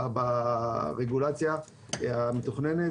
ברגולציה הקיימת,